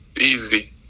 easy